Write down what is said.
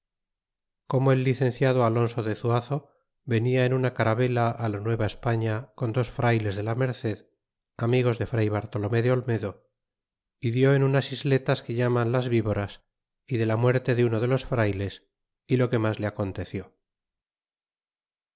como el licenciado alonso de zuazo venia en una carabela la nueva espaiia con dos frayles de la merced amigos de fray bartolome de olmedo y dió en unas isletas que llaman las vivoras d de la muerte de uno de los frayles y lo que mas le aconteció